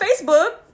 facebook